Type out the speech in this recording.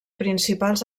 principals